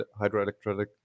hydroelectric